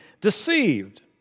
deceived